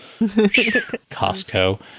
Costco